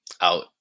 Out